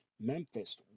Memphis